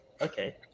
Okay